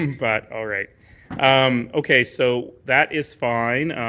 but, all right. um okay. so that is fine.